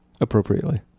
Appropriately